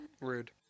Rude